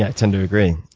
tend to agree.